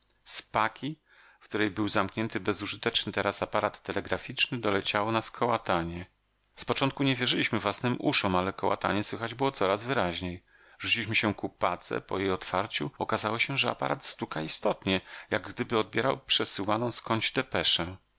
paki w której był zamknięty bezużyteczny teraz aparat telegraficzny doleciało nas kołatanie z początku nie wierzyliśmy własnym uszom ale kołatanie słychać było coraz wyraźniej rzuciliśmy się ku pace po jej otwarciu okazało się że aparat stuka istotnie jakgdyby odbierał przesyłaną skądś depeszę